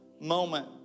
moment